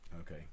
Okay